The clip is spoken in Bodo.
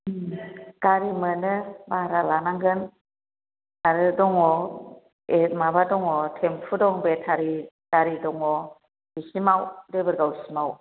गारि मोनो बारहा लानांगोन आरो दङ ए माबा दङ तेमफु दं बेतारि गारि दङ बेसिमाव देबोरगाव सिमाव